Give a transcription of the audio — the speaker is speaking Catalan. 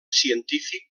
científic